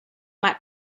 might